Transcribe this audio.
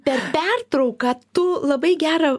per pertrauką tu labai gerą